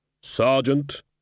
Sergeant